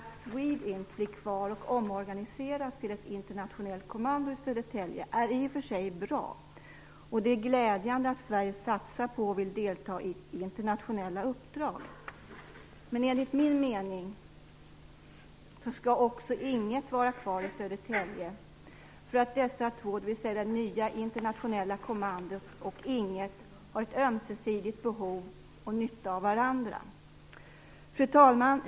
Att SWEDINT blir kvar och omorganiseras till ett internationellt kommando i Södertälje är i och för sig bra. Det är glädjande att Sverige satsar på, och vill delta i, internationella uppdrag. Enligt min mening skall dock också Ing 1 vara kvar i Södertälje. Det nya internationella kommandot och Ing 1 har ömsesidigt behov och nytta av varandra. Fru talman!